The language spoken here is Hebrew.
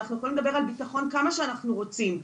אנחנו יכולים לדבר על בטחון כמה שאנחנו רוצים,